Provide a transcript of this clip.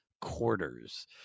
quarters